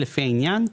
לפי העניין,